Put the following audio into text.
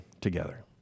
together